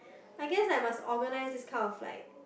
I guess I must organise this kind of like